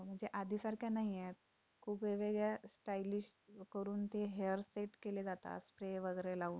म्हणजे आधीसारख्या नाही आहेत खूप वेगवेगळ्या स्टायलिश करून ते हेअर सेट केले जातात स्प्रे वगैरे लावून